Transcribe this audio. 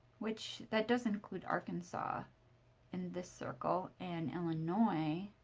which that does include arkansas in this circle, and illinois.